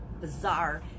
bizarre